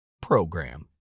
PROGRAM